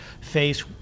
face